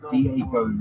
Diego